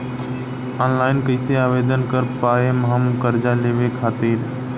Online कइसे आवेदन कर पाएम हम कर्जा लेवे खातिर?